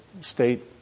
state